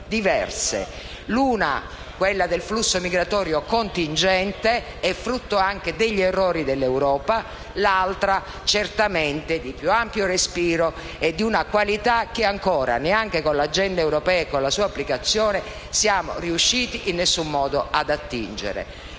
L'una, quella del flusso migratorio, è contingente e frutto anche degli errori dell'Europa; l'altra è certamente di più ampio respiro e di una qualità che ancora, neanche con l'Agenda europea e con la sua applicazione, siamo riusciti in nessun modo ad attingere.